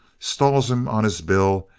stalls em on his bill,